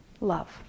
love